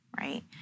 right